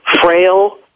frail